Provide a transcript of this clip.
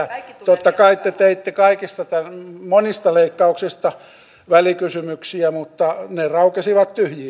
totta kai te teitte kaikista monista leikkauksista välikysymyksiä mutta ne raukesivat tyhjiin